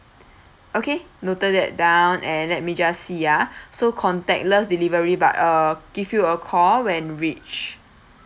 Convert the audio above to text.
okay noted that down and let me just see ah so contactless delivery but uh give you a call when reached